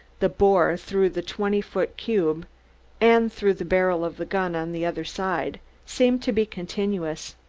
the bore through the twenty-foot cube and through the barrel of the gun on the other side seemed to be continuous.